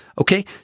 Okay